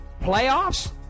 Playoffs